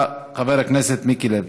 בבקשה, חבר הכנסת מיקי לוי.